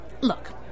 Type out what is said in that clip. Look